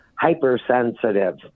hypersensitive